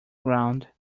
ground